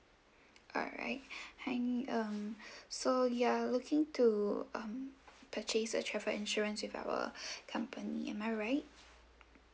alright hi um so you're looking to um purchase a travel insurance with our company am I right